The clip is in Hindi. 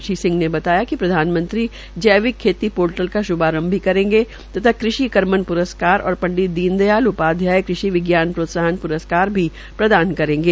श्री सिंह ने बताया कि प्रधानमंत्री जैविक खेती पोर्टल का श्भारंभ भी करेंगे तथा कृषि करमन प्रस्कार और पंडित् दीन दयाल उपाध्याय कृषि विज्ञान प्रोत्साहन प्रस्कार भी प्रदान करेंगे